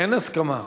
אין הסכמה,